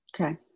Okay